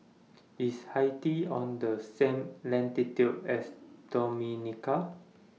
IS Haiti on The same latitude as Dominica